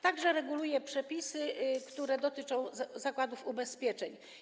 Także reguluje się przepisy, które dotyczą zakładów ubezpieczeń.